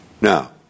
Now